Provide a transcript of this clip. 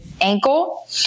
ankle